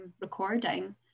recording